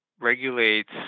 regulates